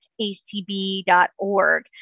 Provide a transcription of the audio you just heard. acb.org